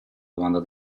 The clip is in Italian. domanda